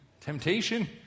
temptation